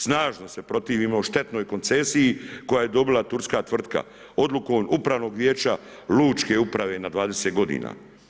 Snažno se protivimo ovoj štetnoj koncesiji koju je dobila turska tvrtka odlukom Upravnog vijeća lučke uprave na 20 godina.